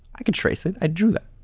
i can trace it, i drew that.